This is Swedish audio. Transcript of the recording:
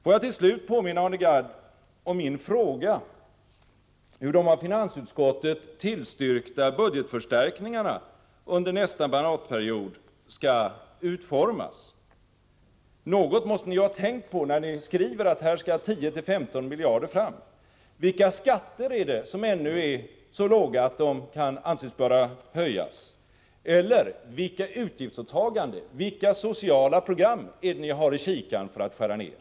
Får jag till slut påminna Arne Gadd om min fråga om hur de av finansutskottet tillstyrkta budgetförstärkningarna under nästa mandatperiod skall utformas. Något måste ni ju ha tänkt på när ni skrev att 10-15 miljarder skall tas fram. Vilka skatter är det som ännu är så låga att de kan anses böra höjas eller vilka utgiftsåtaganden och vilka sociala program har ni i kikaren när det gäller att skära ned?